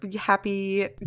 happy